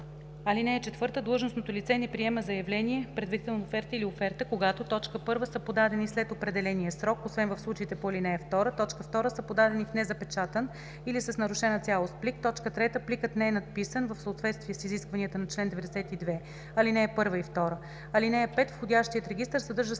(4) Длъжностното лице не приема заявление, предварителна оферта или оферта, когато: 1. са подадени след определения срок, освен в случаите по ал. 2; 2. са подадени в незапечатан или с нарушена цялост плик; 3. пликът не е надписан в съответствие с изискванията на чл. 92, ал. 1 и 2. (5) Входящият регистър съдържа следната